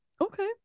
okay